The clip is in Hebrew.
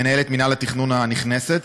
מנהלת מינהל התכנון הנכנסת,